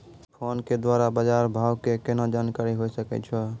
Phone के द्वारा बाज़ार भाव के केना जानकारी होय सकै छौ?